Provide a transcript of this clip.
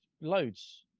loads